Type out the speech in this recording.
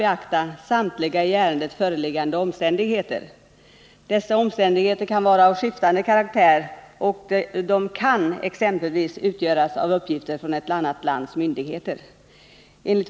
Detta skulle inte bara innebära risk för en ny fängelsevistelse, utan även fara för hans liv, eftersom han flytt från Turkiet på grund av politisk förföljelse.